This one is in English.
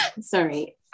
sorry